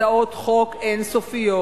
הצעות חוק אין-סופיות.